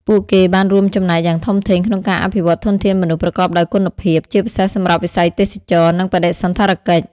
ពួកគេបានរួមចំណែកយ៉ាងធំធេងក្នុងការអភិវឌ្ឍធនធានមនុស្សប្រកបដោយគុណភាព ជាពិសេសសម្រាប់វិស័យទេសចរណ៍ និងបដិសណ្ឋារកិច្ច។